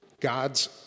God's